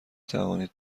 توانید